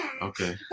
okay